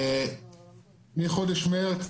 מחודש מרץ,